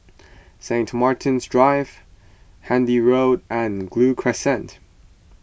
St Martin's Drive Handy Road and Gul Crescent